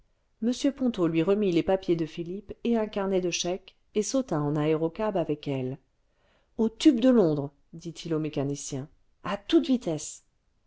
m ponto lui remit les papiers de philippe et un carnet de chèques et sauta en aérocab avec elle ce au tube de londres dit-il au mécanicien à toute vitesse